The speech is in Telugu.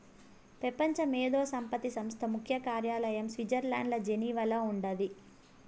పెపంచ మేధో సంపత్తి సంస్థ ముఖ్య కార్యాలయం స్విట్జర్లండ్ల జెనీవాల ఉండాది